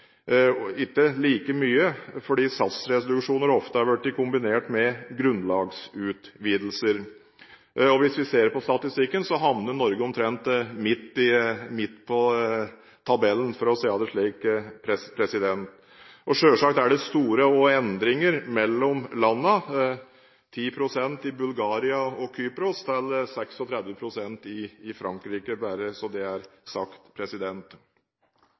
ikke like mye, fordi satsreduksjoner ofte er blitt kombinert med grunnlagsutvidelser. Hvis vi ser på statistikken, havner Norge omtrent midt på tabellen, for å si det slik. Selvsagt er det også store forskjeller mellom landene – satsen varierer fra 10 pst. i Bulgaria og Kypros, til 36 pst. i Frankrike – bare så det er sagt.